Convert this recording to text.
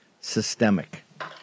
Systemic